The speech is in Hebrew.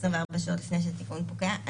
24 שעות לפני שהתיקון פוקע.